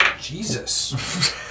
Jesus